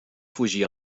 fugir